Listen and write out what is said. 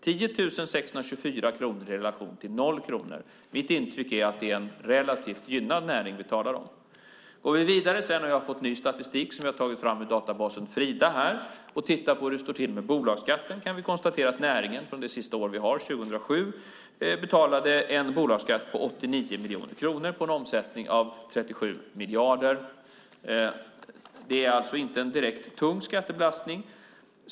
10 624 kronor i relation till 0 kronor ger mig intrycket att det är en relativt gynnad näring vi talar om. Går vi vidare - jag har fått ny statistik som vi har tagit fram ur databasen Frida - och tittar på hur det står till med bolagsskatten kan vi konstatera att näringen under det senaste år vi har siffror för, 2007, betalade en bolagsskatt på 89 miljoner kronor på en omsättning på 37 miljarder. Det är alltså inte en direkt tung skattebelastning.